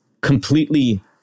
completely